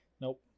Nope